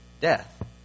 Death